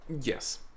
Yes